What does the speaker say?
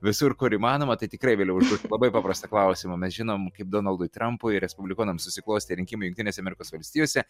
visur kur įmanoma tai tikrai vėliau užduot labai paprastą klausimą mes žinom kaip donaldui trampui ir respublikonam susiklostė rinkimai jungtinėse amerikos valstijose